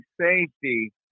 safety